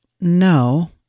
no